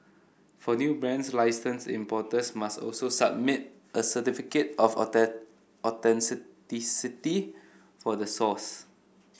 for new brands license importers must also submit a certificate of attack for the source